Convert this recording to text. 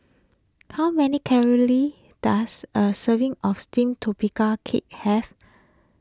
how many calories does a serving of Steamed Tapioca Cake have